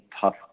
tough